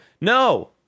No